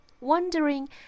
Wondering